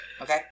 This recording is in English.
Okay